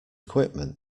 equipment